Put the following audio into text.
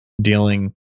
dealing